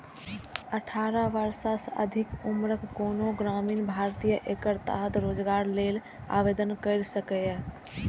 अठारह वर्ष सँ अधिक उम्रक कोनो ग्रामीण भारतीय एकर तहत रोजगार लेल आवेदन कैर सकैए